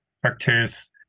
practice